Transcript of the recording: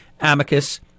amicus